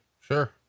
Sure